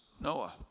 Noah